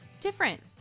different